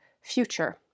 future